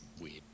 weird